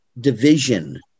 division